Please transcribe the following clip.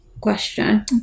question